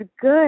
good